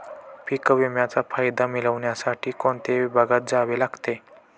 पीक विम्याचा फायदा मिळविण्यासाठी कोणत्या विभागात जावे लागते?